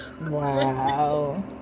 wow